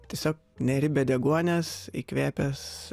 tiesiog neri be deguonies įkvėpęs